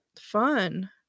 Fun